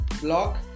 block